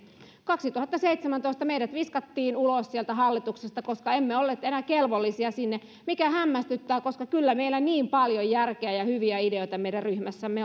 kaksituhattaseitsemäntoista meidät viskattiin ulos hallituksesta koska emme olleet enää kelvollisia sinne mikä hämmästyttää koska kyllä meillä meidän ryhmässämme niin paljon järkeä ja hyviä ideoita